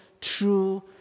true